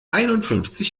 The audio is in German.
einundfünfzig